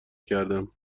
کردم